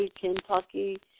Kentucky